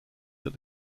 that